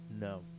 No